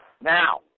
Now